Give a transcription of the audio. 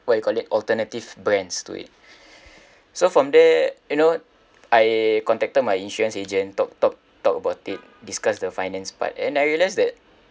what you call that alternative brands to it so from there you know I contacted my insurance agent talk talk talk about it discuss the finance part and I realised that